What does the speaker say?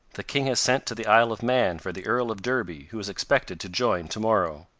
the king has sent to the isle of man for the earl of derby, who is expected to join to-morrow.